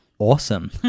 Awesome